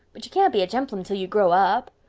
but you can't be a gemplum till you grow up.